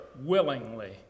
willingly